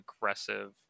aggressive